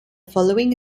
following